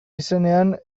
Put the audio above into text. izenean